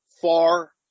far